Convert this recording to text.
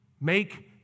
Make